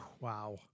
Wow